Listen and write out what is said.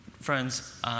Friends